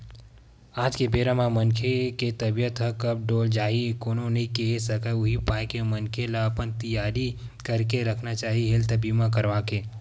आज के बेरा म मनखे के तबीयत ह कब डोल जावय कोनो नइ केहे सकय उही पाय के मनखे ल अपन तियारी करके रखना चाही हेल्थ बीमा करवाके